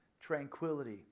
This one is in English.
tranquility